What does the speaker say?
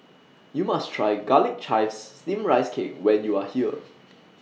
YOU must Try Garlic Chives Steamed Rice Cake when YOU Are here